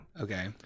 Okay